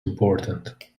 important